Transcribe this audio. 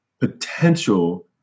potential